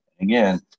again